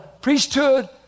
priesthood